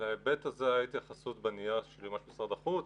להיבט הזה יש התייחסות בנייר של יועמ"ש משרד החוץ.